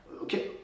okay